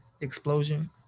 explosion